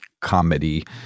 comedy